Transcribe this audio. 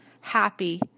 happy